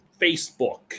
Facebook